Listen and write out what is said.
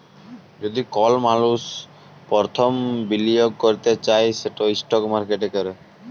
যদি কল মালুস পরথম বিলিয়গ ক্যরতে চায় সেট ইস্টক মার্কেটে ক্যরে